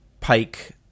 Pike